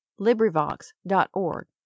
librivox.org